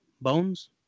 Bones